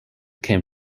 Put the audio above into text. came